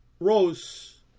Rose